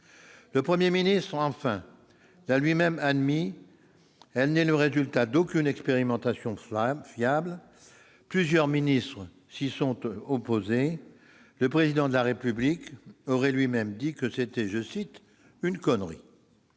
Le Premier ministre, enfin, l'a lui-même admis : cette mesure n'est le résultat d'aucune expérimentation fiable. Plusieurs ministres s'y sont opposés, et le Président de la République aurait lui-même dit que c'était une « connerie ».